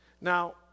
Now